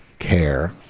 care